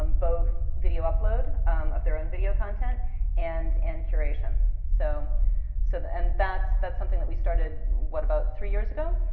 um both video upload of their own video content and and curation. so so and that's that's something that we started, what, about three years ago?